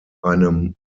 einem